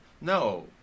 no